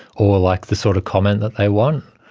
or like the sort of comment that they want.